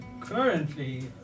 currently